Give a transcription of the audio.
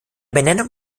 benennung